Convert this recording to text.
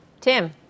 Tim